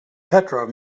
petrov